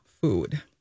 food